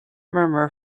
murmur